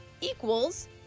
equals